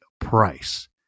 price